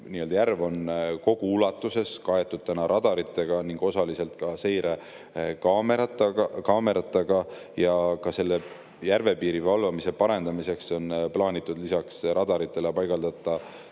järv kogu ulatuses kaetud täna radaritega ning osaliselt ka seirekaameratega. Ka selle järvepiiri valvamise parendamiseks on plaanitud lisaks radaritele paigaldada